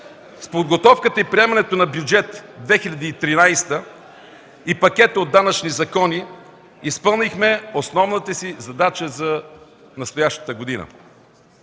С подготовката и приемането на Бюджет 2013 и пакета от данъчни закони изпълнихме основната си задача за настоящата година.